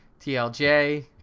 TLJ